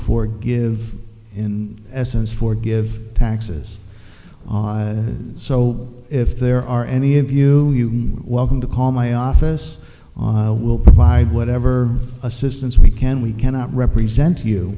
forgive in essence forgive taxes on so if there are any of you welcome to call my office will provide whatever assistance we can we cannot represent you